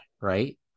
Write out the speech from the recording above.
Right